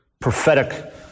prophetic